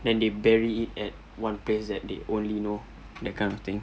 then they bury it at one place that they only know that kind of thing